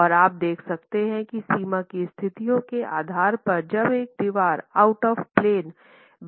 और आप देख सकते हैं कि सीमा की स्थितियों के आधार पर जब एक दीवार आउट ऑफ़ प्लेन